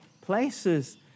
places